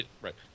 Right